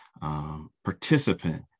participant